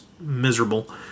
miserable